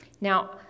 Now